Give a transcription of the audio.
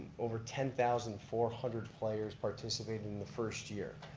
over ten thousand four hundred players participated in the first year.